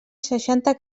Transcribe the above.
seixanta